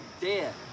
dead